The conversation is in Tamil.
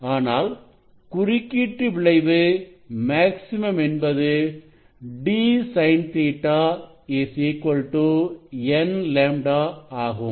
ஆனால் குறுக்கீட்டு விளைவு மேக்ஸிமம் என்பது d sin Ɵ n λஆகும்